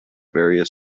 various